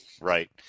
Right